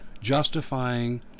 justifying